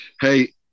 Hey